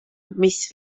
mis